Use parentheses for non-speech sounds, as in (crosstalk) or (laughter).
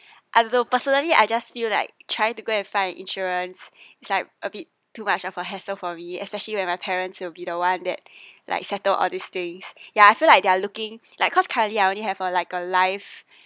although personally I just feel like try to go and find an insurance is like a bit too much of a hassle for me especially when my parents will the one that (breath) like settle all these things ya I feel like they are looking like cause currently I only have a like a life (breath)